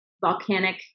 volcanic